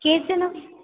केचन